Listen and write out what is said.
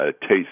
taste